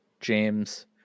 James